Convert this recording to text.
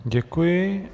Děkuji.